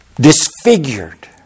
disfigured